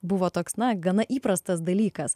buvo toks na gana įprastas dalykas